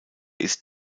ist